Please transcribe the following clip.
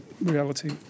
reality